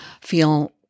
feel